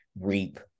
reap